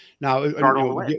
Now